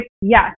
yes